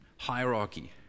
Hierarchy